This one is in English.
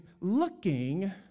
looking